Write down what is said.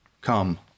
Come